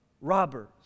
robbers